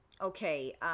okay